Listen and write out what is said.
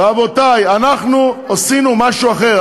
רבותי, אנחנו עשינו משהו אחר.